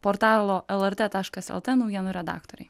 portalo lrt taškas lt naujienų redaktorė